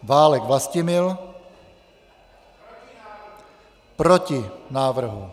Válek Vlastimil: Proti návrhu.